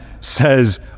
says